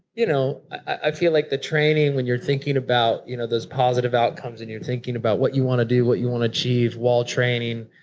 you know, i feel like the training when you're thinking about you know those positive outcomes and you're thinking about what you want to do, what you want to achieve while training,